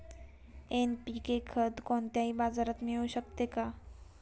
NPK खत कोणत्याही बाजारात मिळू शकते का?